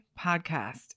podcast